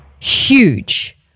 huge